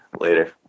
later